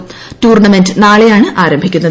പ ടൂർണമെന്റ് നാളെയാണ് ആരംഭിക്കുന്നത്